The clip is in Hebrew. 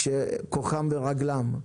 כשכוחם עדיין ברגליהם.